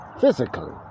physically